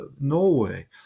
Norway